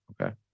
Okay